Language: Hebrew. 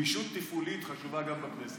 גמישות תפעולית חשובה גם בכנסת.